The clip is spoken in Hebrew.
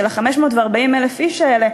של 540,000 האיש האלה,